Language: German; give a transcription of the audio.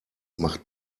macht